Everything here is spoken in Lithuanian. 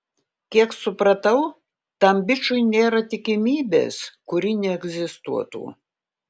kiek supratau tam bičui nėra tikimybės kuri neegzistuotų